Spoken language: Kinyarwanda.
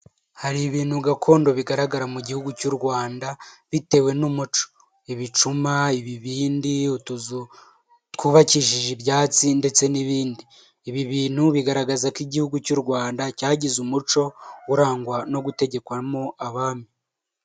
Hari ibintu gakondo bigaragara mu gihugu cy'u Rwanda bitewe n'umuco, ibicuma, ibibindi, twubakishije ibyatsi ndetse n'ibindi. ibi bintu bigaragaza ko igihugu cy'u Rwanda cyagize umuco urangwa no gutegekwamo abami.